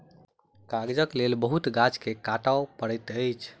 कागजक लेल बहुत गाछ के काटअ पड़ैत अछि